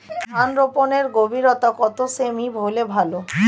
ধান রোপনের গভীরতা কত সেমি হলে ভালো?